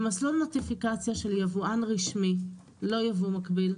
במסלול נוטיפיקציה של יבואן רשמי, לא ייבוא מקביל,